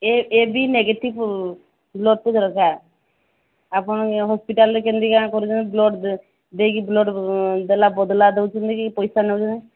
A A B negative ବ୍ଳଡ଼୍ଟେ ଦରକାର ଆପଣଙ୍କ ହସ୍ପିଟାଲ୍ରେ କେମିତିକା କାଣ କରୁଛନ୍ତି ବ୍ଳଡ଼୍ ଦେଇକି ବ୍ଳଡ଼୍ ଦେଲା ବଦଲା ଦେଉଛନ୍ତି କି ପଇସା ନେଉଛନ୍ତି